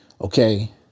Okay